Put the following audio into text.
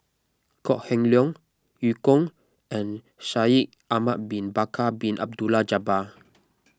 Kok Heng Leun Eu Kong and Shaikh Ahmad Bin Bakar Bin Abdullah Jabbar